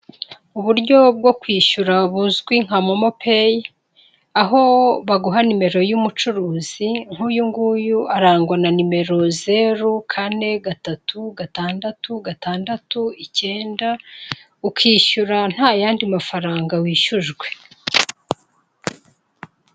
Uburyo bwo kwishyura buzwi nka momopeyi aho baguha nimero y'umucuruzi, nk'uyuguyu arangwa na nimero; zeru, kane, gatatu, gatandatu, gatandatu, icyenda, ukishyura nta yandi mafaranga wishyujwe.